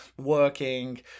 working